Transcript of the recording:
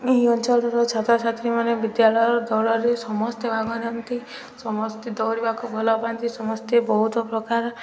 ଏହି ଅଞ୍ଚଳର ଛାତ୍ରଛାତ୍ରୀମାନେ ବିଦ୍ୟାଳୟ ଦୌଡ଼ରେ ସମସ୍ତେ ଭାଗ ନିଅନ୍ତି ସମସ୍ତେ ଦୌଡ଼ିବାକୁ ଭଲ ପାଆନ୍ତି ସମସ୍ତେ ବହୁତ ପ୍ରକାର